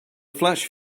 flash